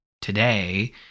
today